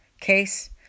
case